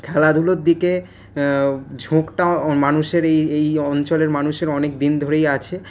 খেলাধুলোর দিকে ঝোঁকটা মানুষের এই এই অঞ্চলের মানুষের অনেকদিন ধরেই আছে